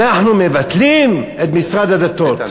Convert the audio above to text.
אנחנו מבטלים את משרד הדתות,